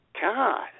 God